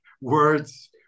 words